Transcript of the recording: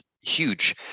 huge